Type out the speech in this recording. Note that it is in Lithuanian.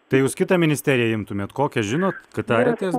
tai jūs kitą ministeriją imtumėt kokią žinot tariatės